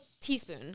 teaspoon